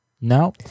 No